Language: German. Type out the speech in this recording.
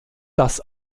das